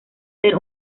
ser